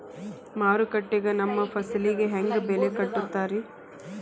ಮಾರುಕಟ್ಟೆ ಗ ನಮ್ಮ ಫಸಲಿಗೆ ಹೆಂಗ್ ಬೆಲೆ ಕಟ್ಟುತ್ತಾರ ರಿ?